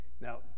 Now